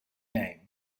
name